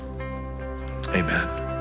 amen